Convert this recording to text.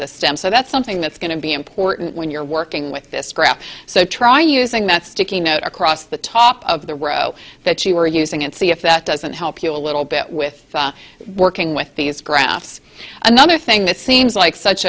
the stem so that's something that's going to be important when you're working with this craft so try using that sticky note across the top of the row that you were using it see if that doesn't help you a little bit with working with these graphs another thing that seems like such